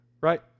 right